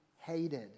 hated